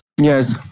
Yes